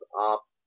up